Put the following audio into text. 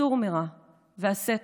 סור מרע ועשה טוב,